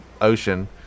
ocean